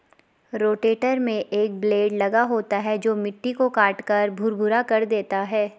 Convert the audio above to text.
rotator में एक blade लगा होता है जो मिट्टी को काटकर भुरभुरा कर देता है